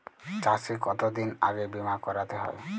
চাষে কতদিন আগে বিমা করাতে হয়?